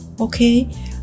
okay